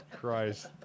Christ